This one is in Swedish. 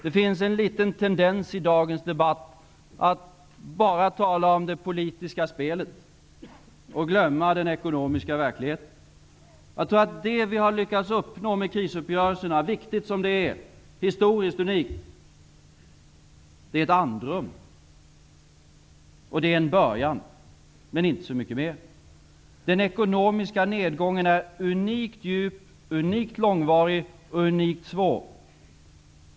Det finns i dagens debatt en liten tendens att bara tala om det politiska spelet och glömma den ekonomiska verkligheten. Det vi har lyckats uppnå med krisuppgörelserna — som är viktiga och historiskt unika — är ett andrum. Det är en början, men inte så mycket mer. Den ekonomiska nedgången är unikt djup, unikt långvarig och unikt svår.